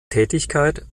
tätigkeit